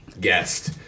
guest